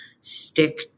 stick